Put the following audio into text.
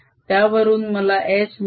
त्यावरून मला H मिळेल